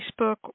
Facebook